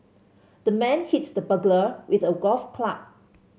the man hit the burglar with a golf club